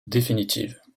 définitive